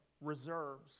reserves